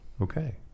Okay